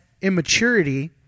immaturity